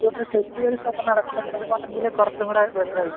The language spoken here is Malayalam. അവിടെ ഫെസ്റ്റിവെൽസ് ഒക്കെ നടക്കുന്ന ടൈമ് ആണെങ്കിൽ കുറച്ചും കൂടെ ബെറ്ററായിരുന്നു